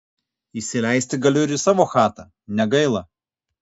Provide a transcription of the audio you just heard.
įsileisti galiu ir į savo chatą negaila